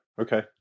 Okay